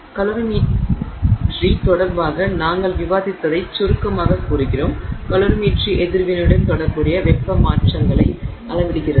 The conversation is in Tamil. எனவே கலோரிமீட்டரி தொடர்பாக நாங்கள் விவாதித்ததை சுருக்கமாகக் கூறுகிறோம் கலோரிமீட்டரி எதிர்வினையுடன் தொடர்புடைய வெப்ப மாற்றங்களை அளவிடுகிறது